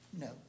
no